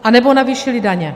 Anebo navýšili daně.